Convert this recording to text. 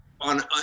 on